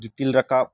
ᱜᱤᱛᱤᱞ ᱨᱟᱠᱟᱵ